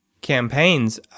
campaigns